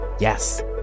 yes